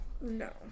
no